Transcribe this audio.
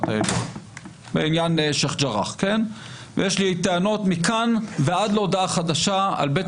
העליון בעניין שיח' ג'ראח; ויש לי טענות ועד להודעה חדשה על בית